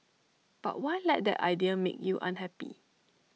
but why let that idea make you unhappy